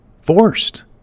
forced